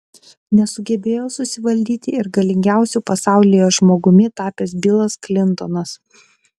nesugebėjo susivaldyti ir galingiausiu pasaulyje žmogumi tapęs bilas klintonas